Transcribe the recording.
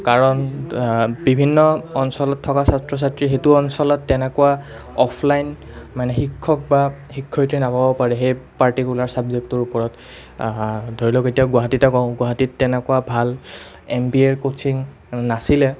কাৰণ বিভিন্ন অঞ্চলত থকা ছাত্ৰ ছাত্ৰীয়ে সেইটো অঞ্চলত তেনেকুৱা অফলাইন মানে শিক্ষক বা শিক্ষয়িত্ৰী নাপাব পাৰে সেই পাৰ্টিকুলাৰ চাবজেক্টটোৰ ওপৰত ধৰি লওক এতিয়া গুৱাহাটীতে কওঁ গুৱাহাটীত তেনেকুৱা ভাল এম বি এৰ ক'চিং নাছিলে